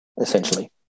Essentially